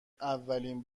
اولین